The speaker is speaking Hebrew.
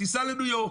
סע לניו-יורק.